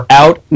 out